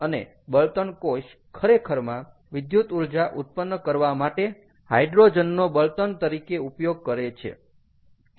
અને બળતણ કોષ ખરેખરમાં વિદ્યુત ઊર્જા ઉત્પન્ન કરવા માટે હાઈડ્રોજનનો બળતણ તરીકે ઉપયોગ કરે છે